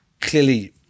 clearly